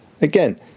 Again